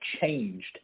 changed